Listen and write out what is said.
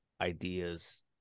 ideas